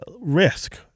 risk